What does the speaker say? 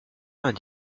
vingt